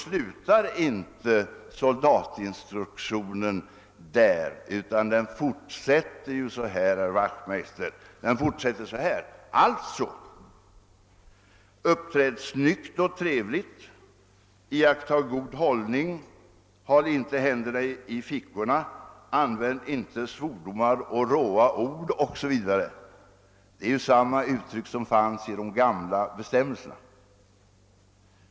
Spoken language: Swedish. Men soldatinstruktionen slutar inte där, utan den fortsätter så här: Uppträd snyggt och trevligt. Iaktta god hållning. Håll inte händerna i fickorna. Använd inte svordomar och råa ord OSV.» Det är i stort sett samma uttryck som fanns i de gamla bestämmelserna.